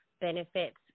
benefits